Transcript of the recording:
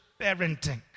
parenting